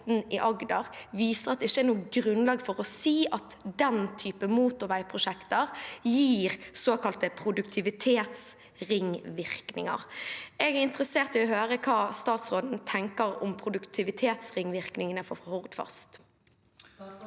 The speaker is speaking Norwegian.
viser at det ikke er noe grunnlag for å si at den typen motorveiprosjekter gir såkalte produktivitetsringvirkninger. Jeg er interessert i å høre hva statsråden tenker om produktivitetsringvirkningene for Hordfast.